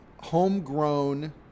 homegrown